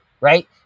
right